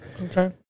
Okay